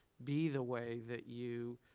be the way that you